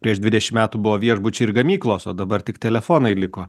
prieš dvidešimt metų buvo viešbučiai ir gamyklos o dabar tik telefonai liko